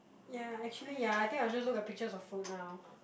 ya actually ya I think I will just look at pictures of food now